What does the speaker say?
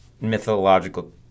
mythological